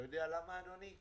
אתה יודע למה, אדוני?